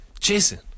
Jason